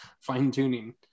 fine-tuning